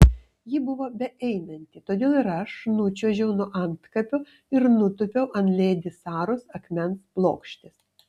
ji buvo beeinanti todėl ir aš nučiuožiau nuo antkapio ir nutūpiau ant ledi saros akmens plokštės